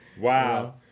Wow